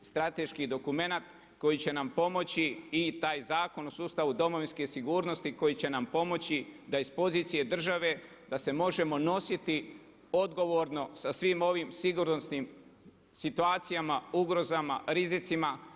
strateški dokumenat, koji će nam pomoći i taj Zakon o sustavu domovinske sigurnosti koji će nam pomoći da iz pozicije države, da se možemo nositi odgovorno sa svim ovim sigurnosnim situacijama, ugrozama, rizicima.